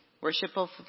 worshipful